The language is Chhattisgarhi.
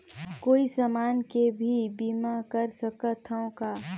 कोई समान के भी बीमा कर सकथव का?